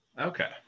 Okay